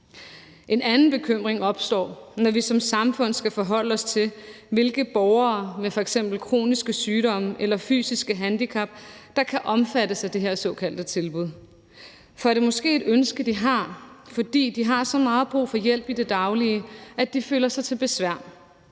En anden bekymring opstår, når vi som samfund skal forholde os til, hvilke borgere med f.eks. kroniske sygdomme eller fysiske handicap der kan omfattes af det her såkaldte tilbud. For er det måske et ønske, de har, fordi de har så meget brug for hjælp i det daglige, at de føler sig til besvær,